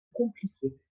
compliquer